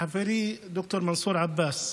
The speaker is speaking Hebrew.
חברי ד"ר מנסור עבאס.